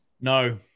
No